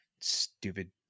Stupid